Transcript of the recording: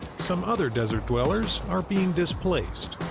some other desert-dwellers are being displaced.